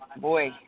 boy